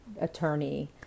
attorney